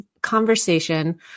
conversation